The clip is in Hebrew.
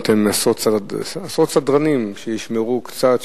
אתה יודע שברחוב אגריפס שמתם עשרות סדרנים שישמרו קצת,